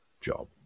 job